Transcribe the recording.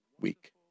week